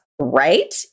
Right